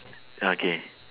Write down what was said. okay